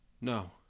No